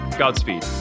godspeed